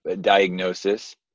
diagnosis